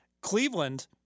Cleveland